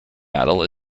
medal